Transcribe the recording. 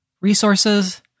resources